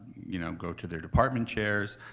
you know, go to their department chairs.